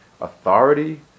authority